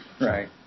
Right